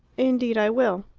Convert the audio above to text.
indeed i will.